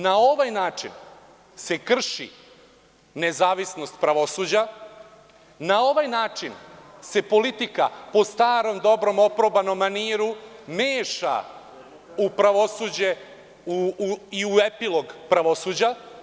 Na ovaj način se krši nezavisnost pravosuđa, na ovaj način se politika po starom dobrom, oprobanom maniru meša u pravosuđe i u epilog pravosuđa.